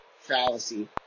fallacy